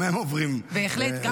גם הם עוברים תקופה לא --- בהחלט,